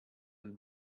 and